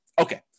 Okay